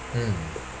mm